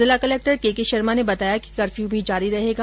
जिला collector K K Sharma ने बताया कि कर्फ्यू भी जारी रहेगा